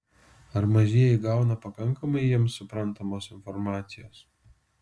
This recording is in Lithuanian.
ar mažieji gauna pakankamai jiems suprantamos informacijos